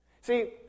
See